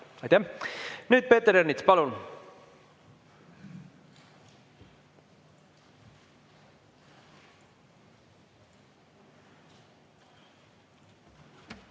Nüüd Peeter Ernits. Palun!